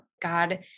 God